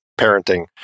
parenting